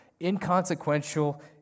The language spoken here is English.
inconsequential